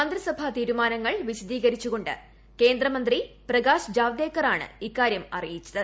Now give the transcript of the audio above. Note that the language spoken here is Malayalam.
മന്ത്രിസഭാ തീരുമാനങ്ങൾ വിശദീകരിച്ചുകൊണ്ട് കേന്ദ്രമന്ത്രി പ്രകാശ് ജാവ്ദേക്കറാണ് ഇക്കാര്യം അറിയിച്ചത്